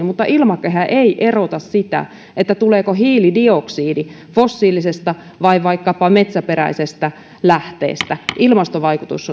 mutta ilmakehä ei erota sitä tuleeko hiilidioksidi fossiilisesta vai vaikkapa metsäperäisestä lähteestä ilmastovaikutus